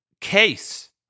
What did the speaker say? case